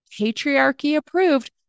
patriarchy-approved